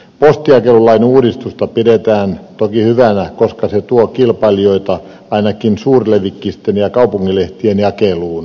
postinjakelulain uudistusta pidetään toki hyvänä koska se tuo kilpailijoita ainakin suurlevikkisten ja kaupunkilehtien jakeluun